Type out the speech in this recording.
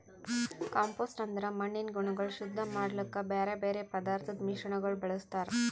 compost ಅಂದುರ್ ಮಣ್ಣಿನ ಗುಣಗೊಳ್ ಶುದ್ಧ ಮಾಡ್ಲುಕ್ ಬ್ಯಾರೆ ಬ್ಯಾರೆ ಪದಾರ್ಥದ್ ಮಿಶ್ರಣಗೊಳ್ ಬಳ್ಸತಾರ್